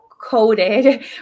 coded